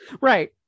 Right